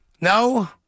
No